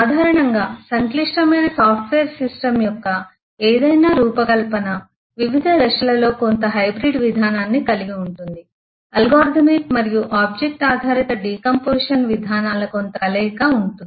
సాధారణంగా సంక్లిష్టమైన software system యొక్క ఏదైనా రూపకల్పన వివిధ దశలలో కొంత హైబ్రిడ్ విధానాన్ని కలిగి ఉంటుంది అల్గోరిథమిక్ మరియు ఆబ్జెక్ట్ ఆధారిత డికాంపొజిషన్ విధానాల కొంత కలయిక ఉంటుంది